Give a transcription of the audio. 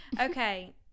Okay